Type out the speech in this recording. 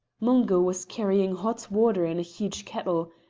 mungo was carrying hot water in a huge kettle.